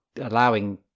allowing